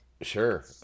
Sure